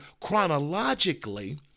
chronologically